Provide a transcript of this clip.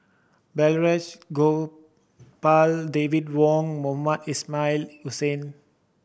Balraj Gopal David Wong Mohamed Ismail Hussain